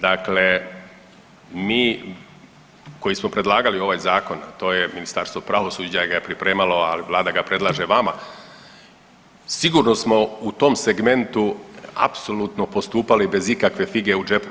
Dakle, mi koji smo predlagali ovaj zakon, a to je Ministarstvo pravosuđa ga je pripremalo, ali Vlada ga predlaže vama sigurno smo u tom segmentu apsolutno postupali bez ikakve fige u džepu.